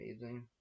amazing